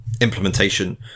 implementation